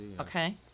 okay